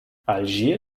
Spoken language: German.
algier